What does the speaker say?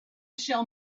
shall